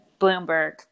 Bloomberg